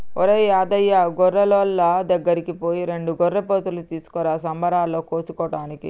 ఒరేయ్ యాదయ్య గొర్రులోళ్ళ దగ్గరికి పోయి రెండు గొర్రెపోతులు తీసుకురా సంబరాలలో కోసుకోటానికి